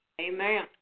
Amen